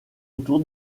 autour